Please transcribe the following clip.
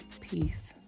Peace